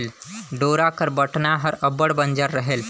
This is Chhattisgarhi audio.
डोरा कर बटना हर अब्बड़ बंजर रहेल